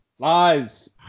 Lies